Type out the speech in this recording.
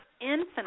infinite